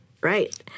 Right